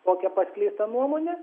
tokią paskleistą nuomonę